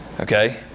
Okay